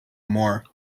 more